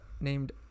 named